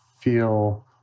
feel